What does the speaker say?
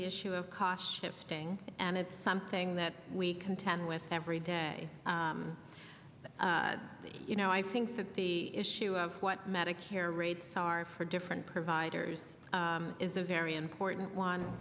issue of cost of staying and it's something that we contend with every day you know i think that the issue of what medicare rates are for different providers is a very important one